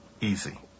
easy